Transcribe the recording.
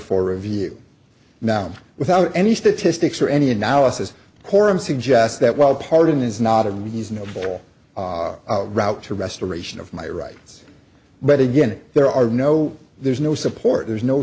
for review now without any statistics or any analysis corum suggests that while a pardon is not a reasonable route to restoration of my rights but again there are no there's no support there's no